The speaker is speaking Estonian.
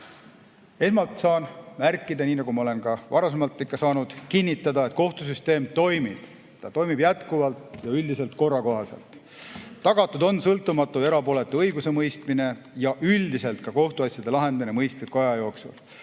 Esmalt saan märkida, nii nagu ma olen ka varasemalt ikka saanud kinnitada, et kohtusüsteem toimib ja toimib jätkuvalt üldiselt korrakohaselt. Tagatud on sõltumatu ja erapooletu õigusemõistmine ja üldiselt ka kohtuasjade lahendamine mõistliku aja jooksul.